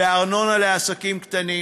הנחה בארנונה לעסקים קטנים.